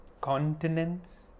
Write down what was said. continents